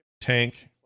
tank